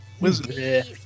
wizard